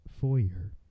foyer